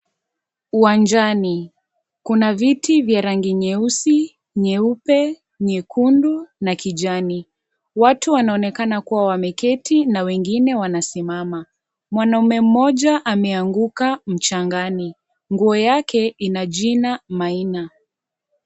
Uwanjani kuna viti vya rangi nyeusi, nyeupe, nyekundu, na kijani watu wanaonekana kuwa wameketi na wengine wamesimama mwanaume mmoja ameanguka mchangani nguo yake ina jina maina.